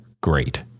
great